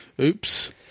Oops